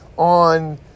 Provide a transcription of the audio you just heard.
on